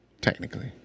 technically